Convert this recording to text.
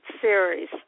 Series